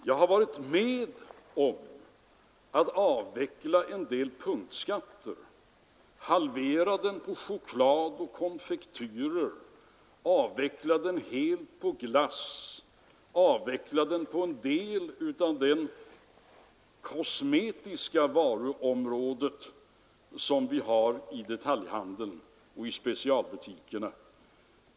Jag har varit med om att avveckla en del punktskatter, halvera skatten på choklad och konfektyrer och helt avveckla den på glass. Jag har också varit med om att avveckla en del av punktskatten på det kosmetiska varuområdet inom detaljhandeln och i specialbutikerna.